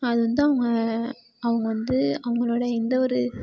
அது வந்து அவங்க அவங்க வந்து அவங்களோட எந்த ஒரு